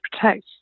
protect